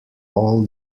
all